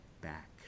back